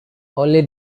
only